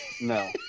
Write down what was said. no